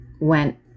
went